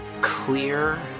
clear